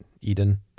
Eden